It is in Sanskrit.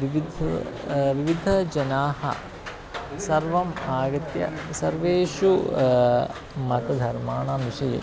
विविध विविधजनाः सर्वम् आगत्य सर्वेषु मतधर्माणां विषये